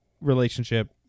relationship